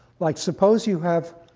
like suppose you have